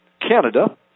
Canada